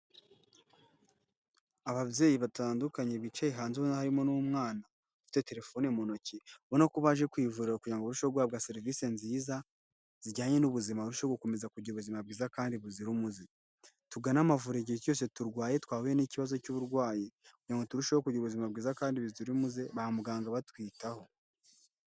Ababyeyi batandukanye bicaye hanze ubona harimo n'umwana ufite terefone mu ntoki, ubona ko baje ku ivuriro kugira ngo barusheho guhabwa serivisi nziza zijyanye n'ubuzima, barushe gukomeza kugira ubuzima bwiza kandi buzira umuze. Tugane amavuriro igihe cyose turwaye twahuye n'ikibazo cy'uburwayi kugira ngo turusheho kugira ubuzima bwiza kandi buzira umuze ba muganga batwitaho.